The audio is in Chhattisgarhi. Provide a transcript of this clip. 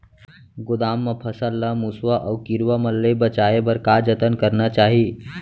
गोदाम मा फसल ला मुसवा अऊ कीरवा मन ले बचाये बर का जतन करना चाही?